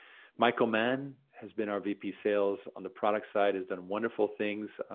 michael mann has been our vp sales on the products side. he's done wonderful things.